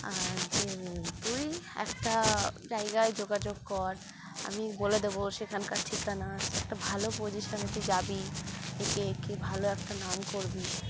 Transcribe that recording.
আর যে তুই একটা জায়গায় যোগাযোগ কর আমি বলে দেবো সেখানকার ঠিকানা একটা ভালো পজিশানে তুই যাবি একে একে ভালো একটা নাম করবি